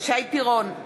שי פירון,